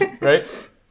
Right